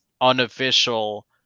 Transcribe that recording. unofficial